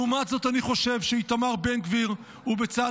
לעומת זאת אני חושב שאיתמר בן גביר ובצלאל